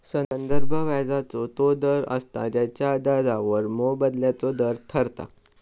संदर्भ व्याजाचो तो दर असता जेच्या आधारावर मोबदल्याचो दर ठरता